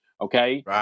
okay